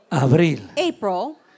April